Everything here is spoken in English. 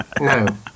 No